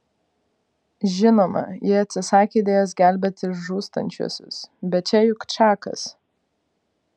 žinoma ji atsisakė idėjos gelbėti žūstančiuosius bet čia juk čakas